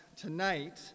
tonight